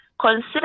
Consider